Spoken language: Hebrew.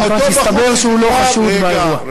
רק הסתבר שהוא לא חשוד באירוע.